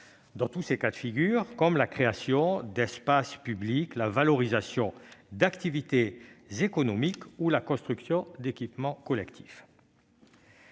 dans tous ses cas de figure, comme la création d'espaces publics, la valorisation d'activités économiques ou la construction d'équipements collectifs.